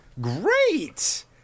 great